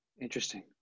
Interesting